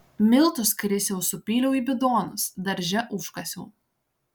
miltus krisiau supyliau į bidonus darže užkasiau